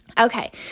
Okay